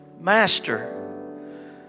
Master